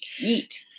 eat